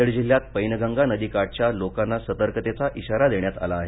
नांदेड जिल्ह्यात पैनगंगा नदी काठच्या लोकांना सतर्कतेचा इशारा देण्यात आला आहे